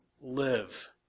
live